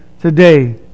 today